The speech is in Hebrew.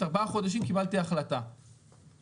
תוך ארבעה חודשים קיבלתי החלטת חברה